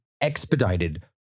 expedited